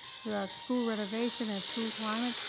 school renovation and school climate,